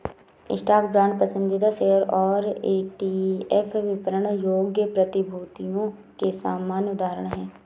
stock, bond, पसंदीदा share और ETF विपणन योग्य प्रतिभूतियों के सामान्य उदाहरण हैं